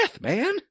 man